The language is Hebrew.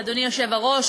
אדוני היושב-ראש,